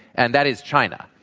and that is china,